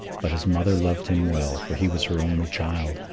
but his mother loved him well, for he was her only child,